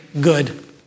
good